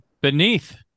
Beneath